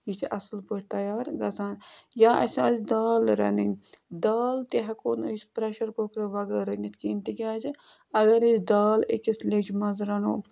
یہِ چھِ اَصٕل پٲٹھۍ تَیار گژھان یا اَسہِ آسہِ دال رَنٕنۍ دال تہِ ہٮ۪کَو نہٕ أسۍ پرٛٮ۪شَر کُکر وغٲر رٔنِتھ کِہیٖنۍ تِکیٛازِ اَگر أسۍ دال أکِس لیٚجہِ منٛز رَنو